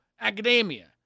academia